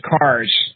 cars